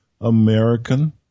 American